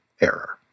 error